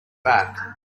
back